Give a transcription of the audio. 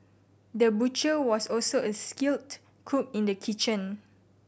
the butcher was also a skilled cook in the kitchen